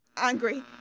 angry